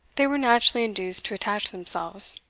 they were naturally induced to attach themselves.